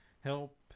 help